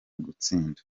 gutsinda